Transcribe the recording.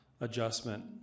adjustment